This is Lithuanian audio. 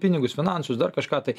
pinigus finansus dar kažką tai